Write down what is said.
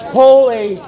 holy